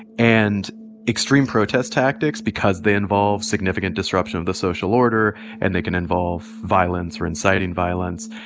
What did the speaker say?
and extreme protest tactics, because they involve significant disruption of the social order and they can involve violence or inciting violence,